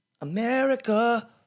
America